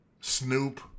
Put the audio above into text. Snoop